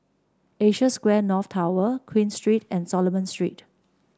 Asia Square North Tower Queen Street and Solomon Street